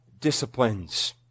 disciplines